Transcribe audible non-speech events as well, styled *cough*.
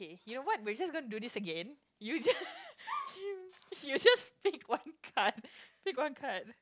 you know what we're just gonna do this again you *laughs* you just pick one card pick one card